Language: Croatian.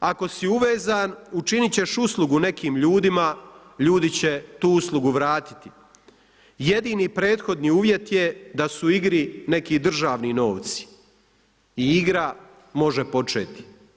Ako si uvezan, učinit ćeš uslugu nekim ljudima, ljudi će tu uslugu vratiti, jedini prethodni uvjet je da su u igri neki državni novci i igra može početi.